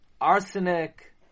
arsenic